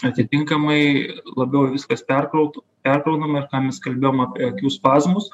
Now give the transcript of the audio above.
atitinkamai labiau viskas perkraut perkraunama ir ką mes kalbėjom apie akių spazmus